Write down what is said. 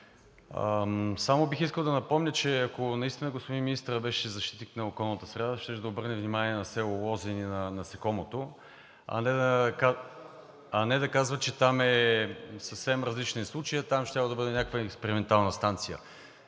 Генов, бих искал да напомня, че ако наистина господин министърът беше защитник на околната среда, щеше да обърне внимание на село Лозен и на насекомото, а не да казва, че там случаят е съвсем различен, там щяло да бъде някаква експериментална станция.